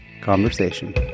conversation